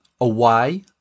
away